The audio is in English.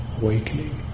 awakening